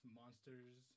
monsters